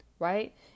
Right